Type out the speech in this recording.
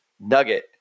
nugget